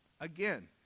Again